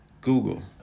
Google